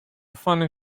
funny